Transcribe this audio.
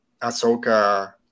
ahsoka